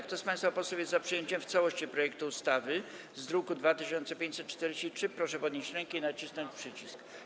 Kto z państwa posłów jest za przyjęciem w całości projektu ustawy w brzmieniu z druku nr 2543, proszę podnieść rękę i nacisnąć przycisk.